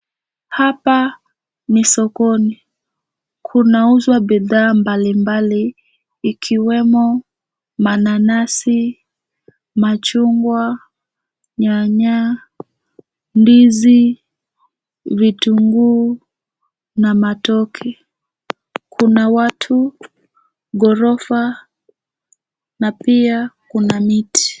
Hapa ni sokoni. Kunauzwa bidhaa mbali mbali ikiwemo mananasi, machungwa, nyanya, ndizi, vitunguu na matoke. Kuna watu, ghorofa na pia kuna miti.